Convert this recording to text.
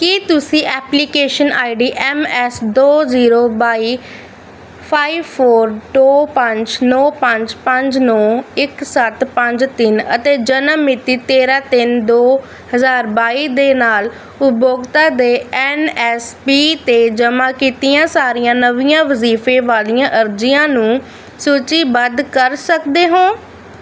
ਕੀ ਤੁਸੀਂ application ID M S ਦੋ zero ਬਾਈ ਫਾਇਵ ਫੌਰ ਦੋ ਪੰਜ ਨੌਂ ਪੰਜ ਪੰਜ ਨੌਂ ਇੱਕ ਸੱਤ ਪੰਜ ਤਿੰਨ ਅਤੇ ਜਨਮ ਮਿਤੀ ਤੇਰ੍ਹਾਂ ਤਿੰਨ ਦੋ ਹਜ਼ਾਰ ਬਾਈ ਦੇ ਨਾਲ ਉਪਭੋਗਤਾ ਦੇ ਐਨ ਐਸ ਪੀ 'ਤੇ ਜਮ੍ਹਾਂ ਕੀਤੀਆਂ ਸਾਰੀਆਂ ਨਵੀਆਂ ਵਜੀਫੇ ਵਾਲੀਆਂ ਅਰਜ਼ੀਆਂ ਨੂੰ ਸੂਚੀਬੱਧ ਕਰ ਸਕਦੇ ਹੋ